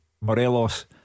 Morelos